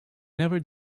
never